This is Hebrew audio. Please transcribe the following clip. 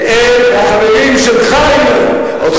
הם החברים שלך, אילן.